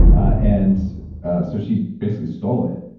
and so she, basically stole it.